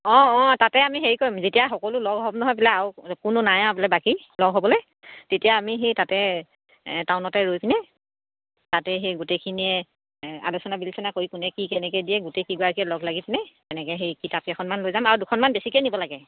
অঁ অঁ তাতে আমি হেৰি কৰিম যেতিয়া সকলো লগ হ'ব নহয় বোলে আৰু কোনো নাই আৰু বোলে বাকী লগ হ'বলৈ তেতিয়া আমি সেই তাতে টাউনতে ৰৈ পিনে তাতে সেই গোটেইখিনিয়ে আলোচনা বিলোচনা কৰি কোনে কি কেনেকৈ দিয়ে গোটেইকেইগৰাকীয়ে লগ লাগি পিনে এনেকৈ সেই কিতাপ কেইখনমান লৈ যাম আৰু দুখনমান বেছিকৈয়ে নিব লাগে